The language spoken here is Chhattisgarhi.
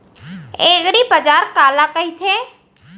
एगरीबाजार काला कहिथे?